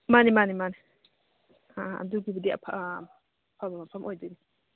ꯃꯥꯅꯤ ꯃꯥꯅꯤ ꯃꯥꯅꯤ ꯑꯥ ꯑꯗꯨꯒꯤꯕꯨꯗꯤ ꯑꯐꯕ ꯃꯐꯝ ꯑꯣꯏꯗꯣꯏꯅꯤ